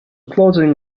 closing